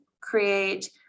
create